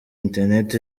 internet